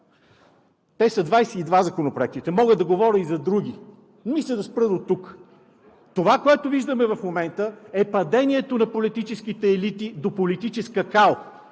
не влиза! Законопроектите са 22. Мога да говоря и за други, но мисля да спра дотук. Това, което виждаме в момента, е падението на политическите елити до политическа кал.